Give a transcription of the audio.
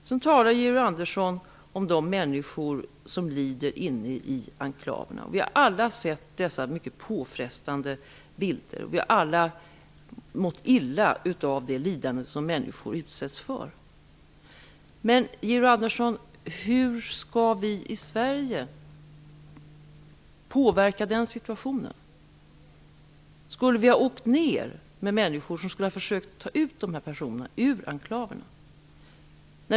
Sedan talar Georg Andersson om de människor som lider inne i enklaverna. Vi har alla sett dessa mycket påfrestande bilder. Vi har alla mått illa av det lidande som människor utsätts för. Men hur skall vi i Sverige påverka den situationen, Georg Andersson? Skall människor åka ner och försöka ta ut dessa personer ur enklaverna?